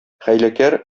хәйләкәр